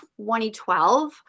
2012